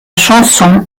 chanson